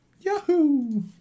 Yahoo